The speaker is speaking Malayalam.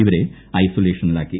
ഇവരെ ഐസൊലേഷനിലാക്കി